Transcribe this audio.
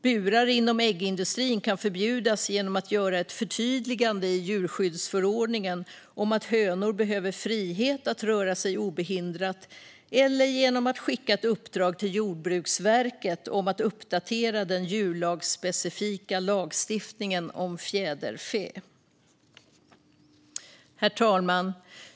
Burar inom äggindustrin kan man förbjuda genom att göra ett förtydligande i djurskyddsförordningen om att hönor behöver frihet att röra sig obehindrat eller genom att skicka ett uppdrag till Jordbruksverket att uppdatera den djurslagsspecifika lagstiftningen om fjäderfä. Herr talman!